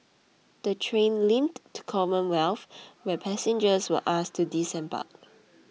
the train limped to Commonwealth where passengers were asked to disembark